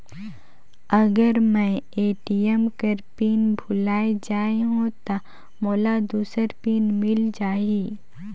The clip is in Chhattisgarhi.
अगर मैं ए.टी.एम कर पिन भुलाये गये हो ता मोला दूसर पिन मिल जाही?